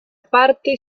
parte